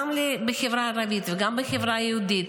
גם בחברה הערבית וגם בחברה היהודית,